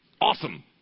Awesome